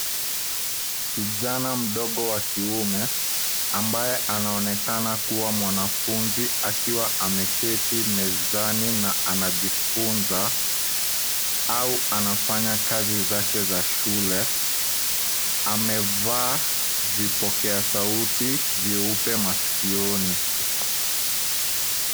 Kijana mdogo wa kiume, ambaye anaonekana kuwa mwanafunzi, akiwa ameketi mezani na anajifunza, au anafanya kazi zake za shule, amevaa vipokea sauti vyeupe masikioni.